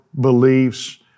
beliefs